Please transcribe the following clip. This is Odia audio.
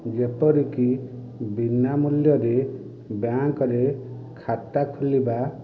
ଯେପରିକି ବିନା ମୂଲ୍ୟରେ ବ୍ୟାଙ୍କରେ ଖାତା ଖୋଲିବା